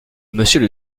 monsieur